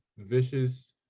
Vicious